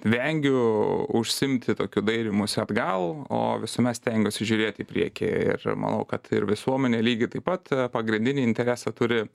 vengiu užsiimti tokiu dairymusi atgal o visuomet stengiuosi žiūrėt į priekį ir manau kad ir visuomenė lygiai taip pat pagrindinį interesą turi